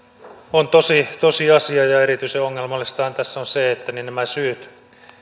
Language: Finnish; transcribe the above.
on tosiasia ja erityisen ongelmallistahan tässä on se että nämä syyt